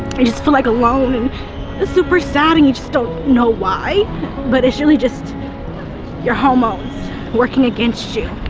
i just feel like alone and super sad and you just don't know why but it's really just your hormones working against you.